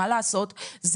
מה לעשות,